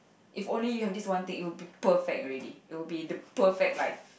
if only you have this one take you perfect already it would be the perfect like